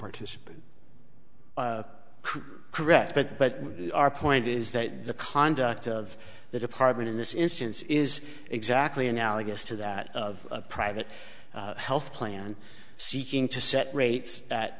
participant correct but our point is that the conduct of the department in this instance is exactly analogous to that of a private health plan seeking to set rates that